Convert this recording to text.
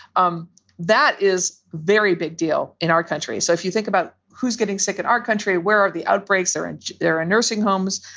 um that is very big deal in our country. so if you think about who's getting sick in our country, where are the outbreaks are and they're in ah nursing homes.